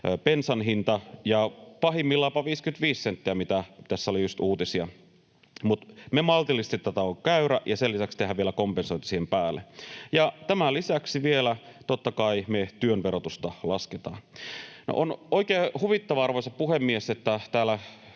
bensan hinta ja pahimmillaan jopa 55 senttiä, [Mikko Polvinen: Ohhoh!] mistä tässä just oli uutisia. Mutta me maltillistetaan tämä käyrä ja sen lisäksi tehdään vielä kompensointi siihen päälle. Tämän lisäksi vielä, totta kai, me lasketaan työn verotusta. On oikein huvittavaa, arvoisa puhemies, että täällä